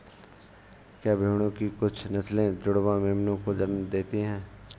क्या भेड़ों की कुछ नस्लें जुड़वा मेमनों को जन्म देती हैं?